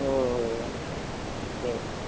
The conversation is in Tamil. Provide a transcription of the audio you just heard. O oh okay okay